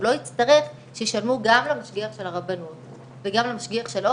הוא לא יצטרך שישלמו גם למשגיח של הרבנות וגם למשגיח שלו,